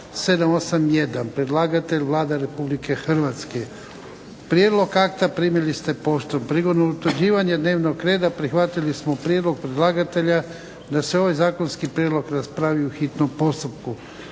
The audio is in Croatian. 781 Predlagatelj Vlada Republike Hrvatske. Prijedlog akta primili ste poštom. Prigodom utvrđivanja dnevnog reda prihvatili smo prijedlog predlagatelja da se ovaj zakonski prijedlog raspravi u hitnom postupku.